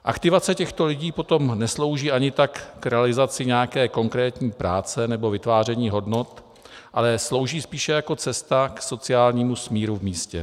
Aktivace těchto lidí potom neslouží ani tak k realizaci nějaké konkrétní práce nebo vytváření hodnot, ale slouží spíše jako cesta k sociálními smíru v místě.